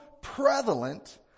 prevalent